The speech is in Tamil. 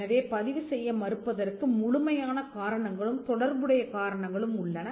எனவே பதிவுசெய்ய மறுப்பதற்கு முழுமையான காரணங்களும் தொடர்புடைய காரணங்களும் உள்ளன